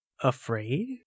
afraid